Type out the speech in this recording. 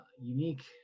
unique